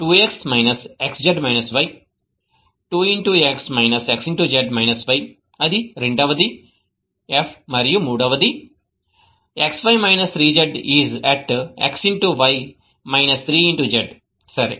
2x xz y 2 x x z y అది రెండవది f మరియు మూడవది xy 3z is at x y 3 z సరే